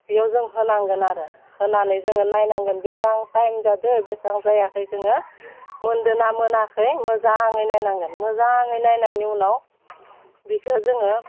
बेयाव जों होनांगोन आरो होनानै जोङो नायनांगोन बेसां टाइम जादो बेसेबां जायाखै जोङो मोनदोना मोनाखै मोजाङै नायनांगोन मोजाङै नायनायनि उनाव बिखौ जोङो